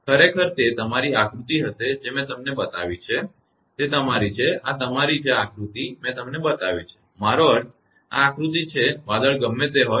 ખરેખર તે તમારી આ આકૃતિ હશે જે મેં તમને બતાવી છે કે તે તમારી છે આ તમારી છે આ આકૃતિ મેં તમને બતાવી છે મારો અર્થ આ આકૃતિ છે કે વાદળ ગમે તે હોય